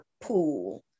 pool